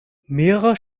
mehrere